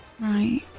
Right